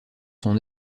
son